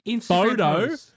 photo